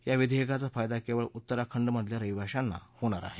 या विधेयकाचा फायदा केवळ उत्तराखंडमधल्या रहिवाशांना होणार आहे